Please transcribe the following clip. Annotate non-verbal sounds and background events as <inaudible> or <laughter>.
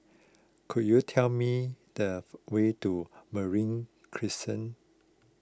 could you tell me the <noise> way to Marine Crescent